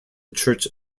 church